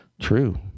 True